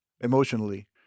emotionally